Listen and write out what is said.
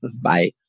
Bye